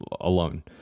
alone